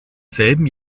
selben